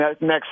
next